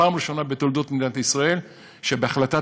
פעם ראשונה בתולדת מדינת ישראל שבהחלטת